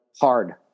hard